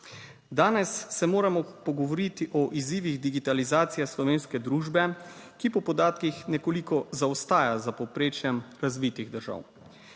Danes se moramo pogovoriti o izzivih digitalizacije slovenske družbe, ki po podatkih nekoliko zaostaja za povprečjem razvitih držav.